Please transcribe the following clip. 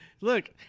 Look